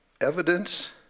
Evidence